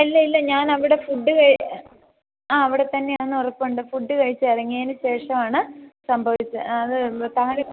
ഇല്ല ഇല്ല ഞാനവിടെ ഫുഡ് കഴി ആ അവിടെ തന്നെയാണെന്ന് ഉറപ്പുണ്ട് ഫുഡ് കഴിച്ചിറങ്ങിയതിന് ശേഷവാണ് സംഭവിച്ചത് അത് താഴെ